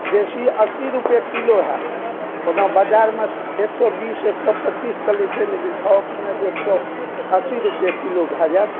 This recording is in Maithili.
देशी अस्सी रुपआ किलो होयत ओना बाजारमे छै एक सए बीस एक सए पच्चीस चलै छै लेकिन थोकमे एक सए अस्सी रुपआ किलो भए जायत